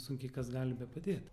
sunkiai kas gali bepadėt